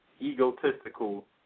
egotistical